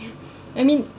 I mean